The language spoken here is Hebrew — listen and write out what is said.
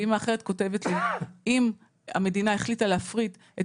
ואמא אחרת כותבת לי: אם המדינה החליטה להפריט את